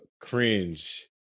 cringe